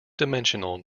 dimensional